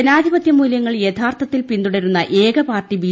ജനാധിപത്യമൂല്യങ്ങൾ യഥാർത്ഥത്തിൽ പിന്തുടരുന്ന ഏകപാർട്ടി ബി